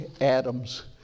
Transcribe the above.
atoms